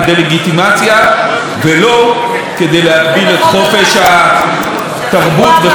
ולא כדי להגביל את חופש התרבות וחופש הבעת הדעה,